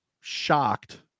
shocked